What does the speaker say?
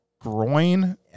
groin